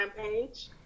page